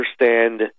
understand